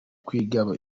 kwiga